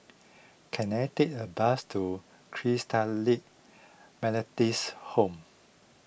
can I take a bus to Christalite Methodist Home